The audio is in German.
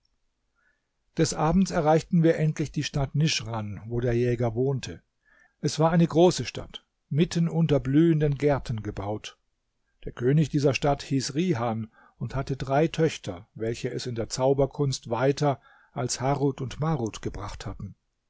des abends erreichten wir endlich die stadt nischran wo der jäger wohnte es war eine große stadt mitten unter blühenden gärten gebaut der könig dieser stadt hieß rihan und hatte drei töchter welche es in der zauberkunst weiter als harut und marut gebracht hatten